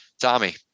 Tommy